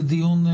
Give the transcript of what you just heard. לדיון,